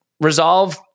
resolve